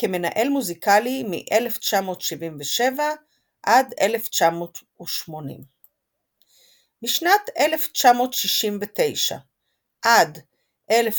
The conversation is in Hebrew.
כמנהל מוזיקלי מ-1977 עד 1980. משנת 1969 עד